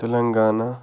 Telangana